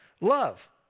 love